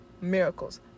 Miracles